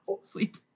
sleep